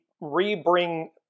re-bring